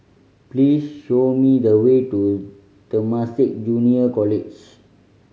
please show me the way to Temasek Junior College